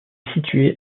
située